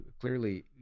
clearly